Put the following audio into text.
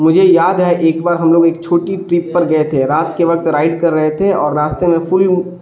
مجھے یاد ہے ایک بار ہم لوگ ایک چھوٹی ٹرپ پر گئے تھے رات کے وقت رائڈ کر رہے تھے اور راستے میں فل